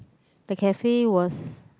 the cafe was